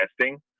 testing